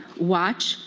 watch,